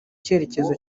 cyerekezo